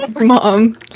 Mom